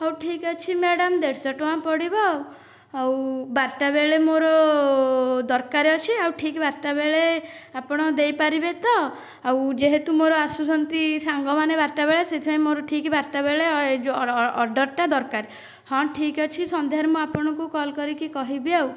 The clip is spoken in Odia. ହେଉ ଠିକ ଅଛି ମ୍ୟାଡ଼ାମ ଦେଢ଼ଶହ ଟଙ୍କା ପଡ଼ିବ ଆଉ ବାରଟା ବେଳେ ମୋର ଦରକାର ଅଛି ଆଉ ଠିକ ବାରଟା ବେଳେ ଆପଣ ଦେଇପାରିବେ ତ ଆଉ ଯେହେତୁ ମୋର ଆସୁଛନ୍ତି ସାଙ୍ଗମାନେ ବାରଟା ବେଳେ ସେଥିପାଇଁ ମୋର ଠିକ ବାରଟା ବେଳେ ଏଇ ଯେଉଁ ଅର୍ଡ଼ର ଟା ଦରକାର ହଁ ଠିକ ଅଛି ସନ୍ଧ୍ୟାରେ ମୁଁ ଆପଣଙ୍କୁ କଲ୍ କରିକି କହିବି ଆଉ